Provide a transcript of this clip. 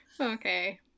Okay